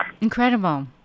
Incredible